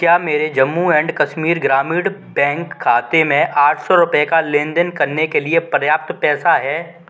क्या मेरे Jammu and Kashmir Gramin bank खाते में आठ सौ रुपये का लेन देन करने के लिए पर्याप्त पैसा है